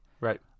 Right